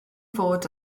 fod